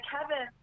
Kevin